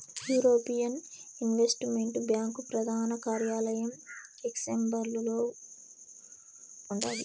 European investment bank ప్రదాన కార్యాలయం లక్సెంబర్గులో ఉండాది